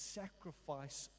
sacrifice